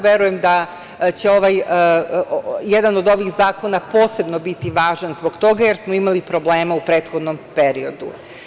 Verujem da će jedan od ovih zakona posebno biti važan zbog toga jer smo imali problema u prethodnom periodu.